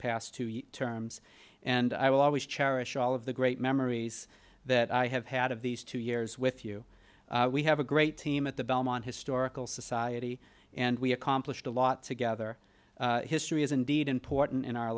past two year terms and i will always cherish all of the great memories that i have had of these two years with you we have a great team at the belmont historical society and we accomplished a lot together history is indeed important in our